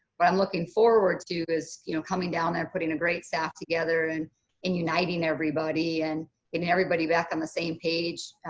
what i'm looking forward to is, you know, coming down and putting a great staff together and and uniting everybody and getting everybody back on the same page.